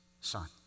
Son